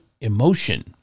emotion